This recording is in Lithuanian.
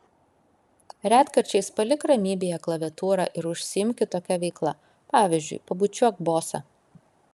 retkarčiais palik ramybėje klaviatūrą ir užsiimk kitokia veikla pavyzdžiui pabučiuok bosą